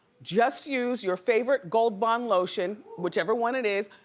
just use your favorite gold bond lotion, whichever one it is.